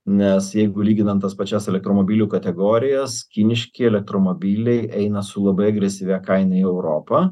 nes jeigu lyginant tas pačias elektromobilių kategorijas kiniški elektromobiliai eina su labai agresyvia kaina į europą